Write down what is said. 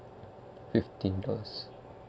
fifteen dollars